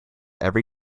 every